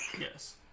Yes